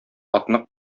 атны